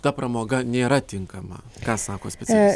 ta pramoga nėra tinkama ką sako specialistė